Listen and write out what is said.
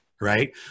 right